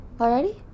Already